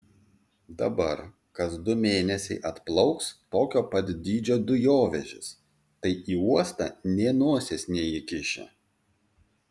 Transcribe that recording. dabar kas du mėnesiai atplauks tokio pat dydžio dujovežis tai į uostą nė nosies neįkiši